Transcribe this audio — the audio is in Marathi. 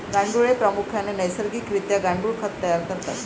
गांडुळे प्रामुख्याने नैसर्गिक रित्या गांडुळ खत तयार करतात